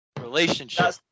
relationship